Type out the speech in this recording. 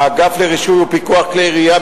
האגף לרישוי ופיקוח כלי ירייה,